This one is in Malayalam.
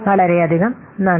വളരെയധികം നന്ദി